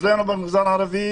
אצלנו במגזר הערבי